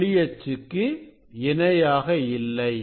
ஒளி அச்சுக்கு இணையாக இல்லை